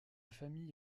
famille